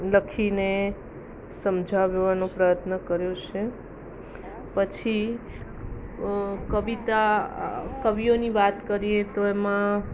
લખી ને સમજાવવાનો પ્રયત્ન કર્યો છે પછી કવિતા કવિઓની વાત કરીએ તો એમાં